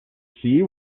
see